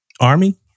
Army